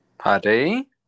Paddy